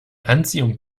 anziehung